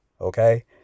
okay